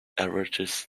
averages